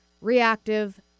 reactive